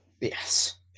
Yes